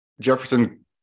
Jefferson